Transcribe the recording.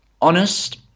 honest